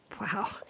Wow